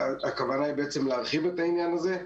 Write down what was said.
הכוונה היא להרחיב את העניין הזה.